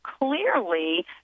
clearly